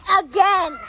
again